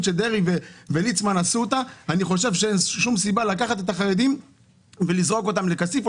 אני חושב שאין שום סיבה לקחת את החרדים ולזרוק אותם לכסיף.